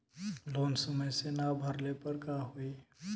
Loan समय से ना भरले पर का होयी?